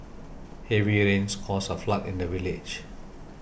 heavy rains caused a flood in the village